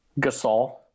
Gasol